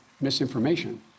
misinformation